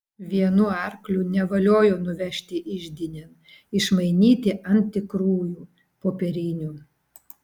vienu arkliu nevaliojo nuvežti iždinėn išmainyti ant tikrųjų popierinių